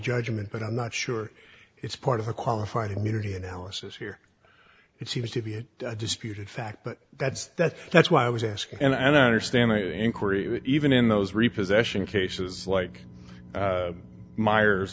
judgment but i'm not sure it's part of a qualified immunity analysis here it seems to be a disputed fact but that's that's that's why i was asking and i don't understand the inquiry even in those repossession cases like myers